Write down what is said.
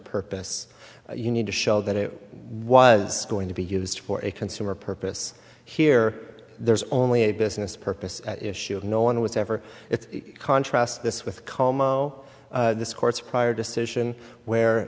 purpose you need to show that it was going to be used for a consumer purpose here there's only a business purpose at issue no one was ever it's contrast this with komo this court's prior decision where